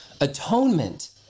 Atonement